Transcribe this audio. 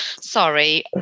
Sorry